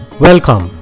Welcome